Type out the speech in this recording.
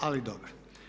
Ali dobro.